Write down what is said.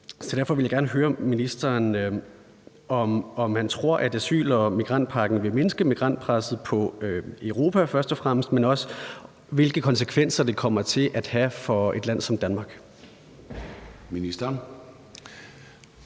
Så derfor vil jeg gerne høre, om ministeren tror, at asyl- og migrantpagten vil mindske migrantpresset på først og fremmest Europa, men også hvilke konsekvenser ministeren tror det kommer til at have for et land som Danmark.